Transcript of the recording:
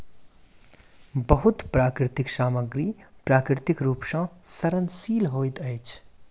बहुत प्राकृतिक सामग्री प्राकृतिक रूप सॅ सड़नशील होइत अछि